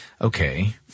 Okay